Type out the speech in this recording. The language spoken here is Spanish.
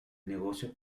negocio